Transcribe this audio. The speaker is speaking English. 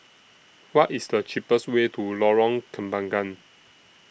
What IS The cheapest Way to Lorong Kembangan